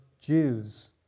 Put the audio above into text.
Jews